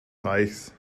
reichs